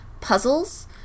puzzles